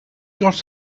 got